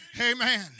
Amen